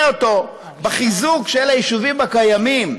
אותו בחיזוק של היישובים הקיימים,